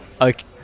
okay